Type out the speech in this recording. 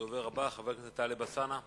הדובר הבא, חבר הכנסת טלב אלסאנע,